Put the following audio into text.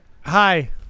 hi